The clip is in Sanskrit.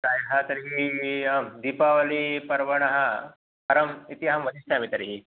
प्रायः तर्हि आं दीपावलिपर्वणः परम् इति अहं वदिष्यामि तर्हि